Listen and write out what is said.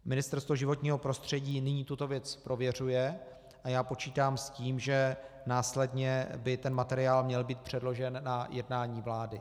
Ministerstvo životního prostředí nyní tuto věc prověřuje a já počítám s tím, že následně by ten materiál měl být předložen na jednání vlády.